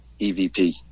EVP